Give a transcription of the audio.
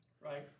Right